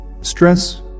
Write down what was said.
Stress